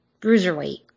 Bruiserweight